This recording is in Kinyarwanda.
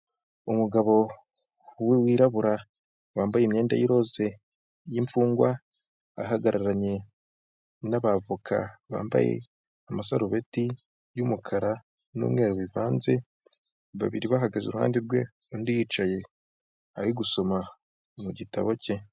Umugabo wirabura wambaye imyenda y'iroze y'mfungwa ahagararanye n'abavoka bambaye amasarubeti yumukara n'umweru bivanze babiri bahagaze iruhande rwe undi yicaye ari gusoma mu gitabo cye.